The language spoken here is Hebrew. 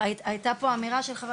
ובגלל שלא מכירים אז